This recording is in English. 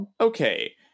Okay